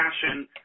passion